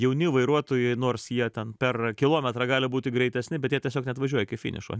jauni vairuotojai nors jie ten per kilometrą gali būti greitesni bet jie tiesiog neatvažiuoja iki finišo